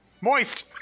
moist